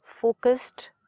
focused